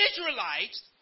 Israelites